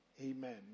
Amen